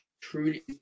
truly